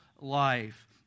life